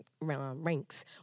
ranks